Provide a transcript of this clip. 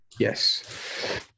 Yes